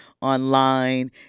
online